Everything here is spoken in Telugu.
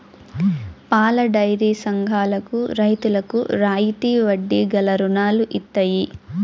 పాలడైరీ సంఘాలకు రైతులకు రాయితీ వడ్డీ గల రుణాలు ఇత్తయి